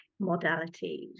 modalities